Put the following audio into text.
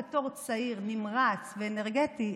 בתור צעיר נמרץ ואנרגטי,